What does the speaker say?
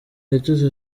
yagize